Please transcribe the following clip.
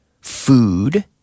Food